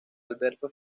alberto